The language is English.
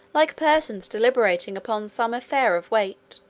like persons deliberating upon some affair of weight,